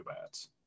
bats